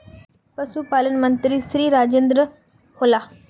पशुपालन मंत्री श्री राजेन्द्र होला?